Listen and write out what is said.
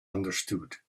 understood